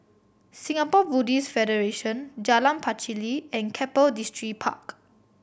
Singapore Buddhist Federation Jalan Pacheli and Keppel Distripark